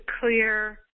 clear